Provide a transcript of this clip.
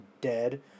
dead